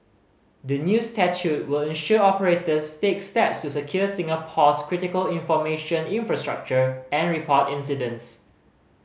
the new statute will ensure operators stake steps to secure Singapore's critical information infrastructure and report incidents